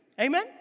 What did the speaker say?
amen